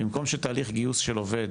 במקום שתהליך גיוס של עובד